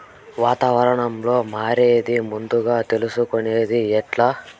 వాతావరణం మారేది ముందుగా తెలుసుకొనేది ఎట్లా?